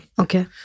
Okay